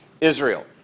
Israel